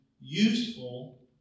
useful